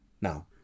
Now